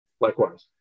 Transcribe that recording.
Likewise